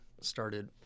started